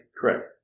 Correct